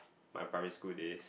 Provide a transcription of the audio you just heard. my primary school days